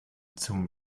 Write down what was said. zum